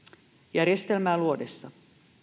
järjestelmää luodessa